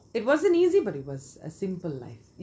it wasn't easy but it was a simple life